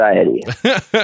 Anxiety